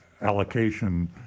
allocation